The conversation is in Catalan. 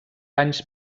anys